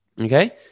okay